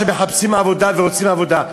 שמחפשים עבודה ורוצים עבודה,